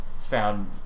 found